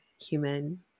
human